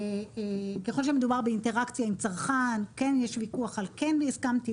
וככל שמדובר באינטראקציה עם צרכן כן יש ויכוח אם כן הסכמתי,